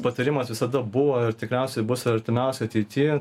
patarimas visada buvo ir tikriausiai bus ir artimiausioj ateity